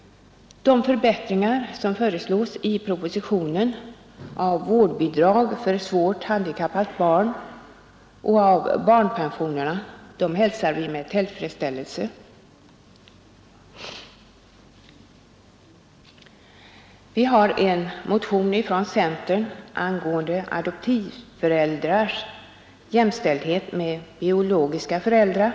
De förbättringar som föreslås i propositionen av vårdbidrag för svårt handikappat barn och av barnpensionerna hälsar vi med tillfredsställelse. Vi har en motion från centern angående adoptivföräldrars jämställdhet med biologiska föräldrar.